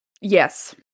Yes